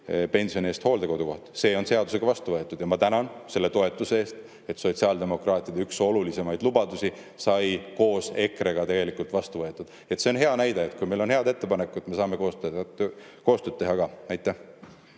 pensioni eest hooldekodukoht. See on seadusega vastu võetud. Ma tänan selle toetuse eest, et sotsiaaldemokraatide üks olulisemaid lubadusi sai koos EKRE-ga vastu võetud. See on hea näide: kui meil on head ettepanekud, me saame koostööd teha. Ja